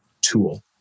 tool